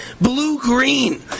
blue-green